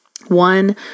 One